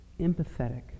empathetic